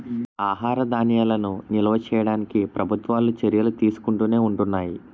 ఆహార ధాన్యాలను నిల్వ చేయడానికి ప్రభుత్వాలు చర్యలు తీసుకుంటునే ఉంటున్నాయి